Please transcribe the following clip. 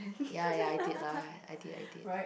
ya ya I did lah I did I did